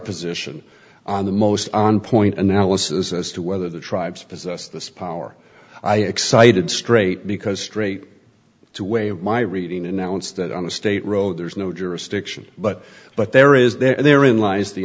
position on the most on point analysis as to whether the tribes possess this power i excited straight because straight to way of my reading announced that on the state road there's no jurisdiction but but there is there in lies the